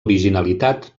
originalitat